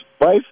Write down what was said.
wife